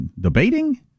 debating